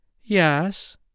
Yes